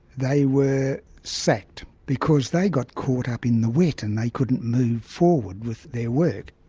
they were sacked because they got caught up in the wet and they couldn't move forward with their work.